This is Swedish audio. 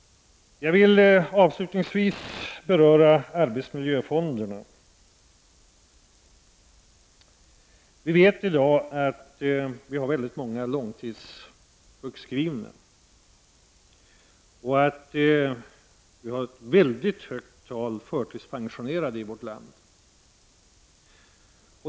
Jag vill även beröra arbetsmiljöfonderna. Vi vet att vi har väldigt många långtidssjukskrivna i dag. Vi har ett mycket stort antal förtidspensionerade i vårt land.